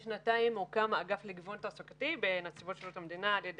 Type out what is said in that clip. אנחנו עוסקים בתכניות תעסוקה שמוענקות